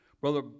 Brother